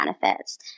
benefits